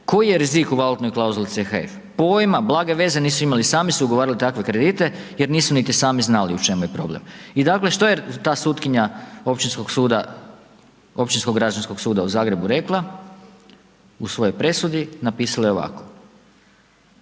koji je rizik u valutnoj klauzuli CHF, pojma, blage veze nisu imali, sami su ugovarali takve kredite jer nisu niti sami znali u čemu je problem. I dakle, što je ta sutkinja Općinskog građanskog suda u Zagrebu rekla? U svojoj presudi napisala je ovako.